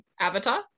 Avatar